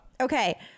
Okay